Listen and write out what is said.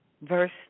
verse